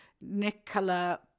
Nicola